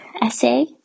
essay